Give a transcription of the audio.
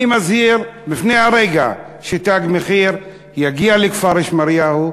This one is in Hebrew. אני מזהיר מפני הרגע ש"תג מחיר" יגיע לכפר-שמריהו,